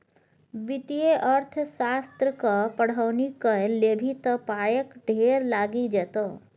वित्तीय अर्थशास्त्रक पढ़ौनी कए लेभी त पायक ढेर लागि जेतौ